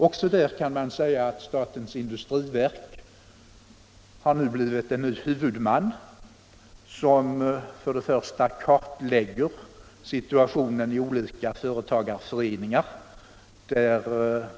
Också härvidlag kan man säga att statens industriverk har blivit en ny huvudman, som kartlägger situationen i olika företagarföreningar.